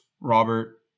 Robert